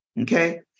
Okay